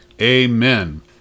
amen